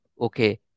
okay